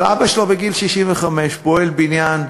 אבל אבא שלו, בגיל 65, פועל בניין,